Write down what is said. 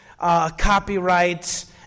Copyrights